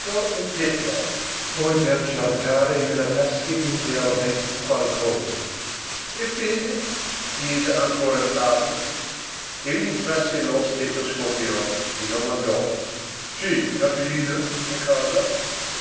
in petto come per cercare nelle tasche interne qualcosa ebbene chiese ancora flavia egli trasse lo stetoscopio e domandò c'è caffeina in casa